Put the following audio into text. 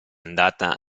andata